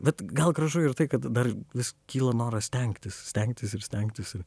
bet gal gražu ir tai kad dar vis kyla noras stengtis stengtis ir stengtis ir